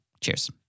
Cheers